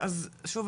אז שוב,